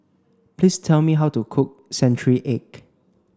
please tell me how to cook century egg